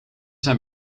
zijn